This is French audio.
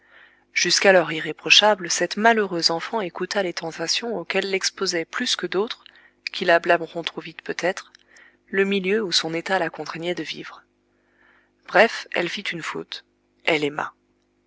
jusqu'alors irréprochable cette malheureuse enfant écouta les tentations auxquelles l'exposait plus que d'autres qui la blâmeront trop vite peut-être le milieu où son état la contraignait de vivre bref elle fit une faute elle